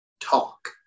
talk